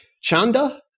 Chanda